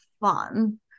fun